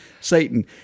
Satan